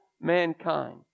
mankind